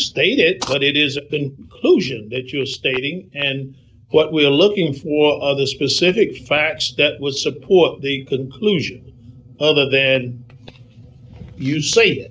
state it but it is a thing closure that you are stating and what we're looking for other specific facts that would support the conclusion other than you s